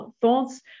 thoughts